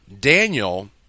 daniel